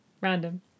Random